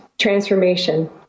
transformation